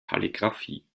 kalligraphie